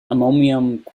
ammonium